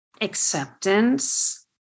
acceptance